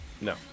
No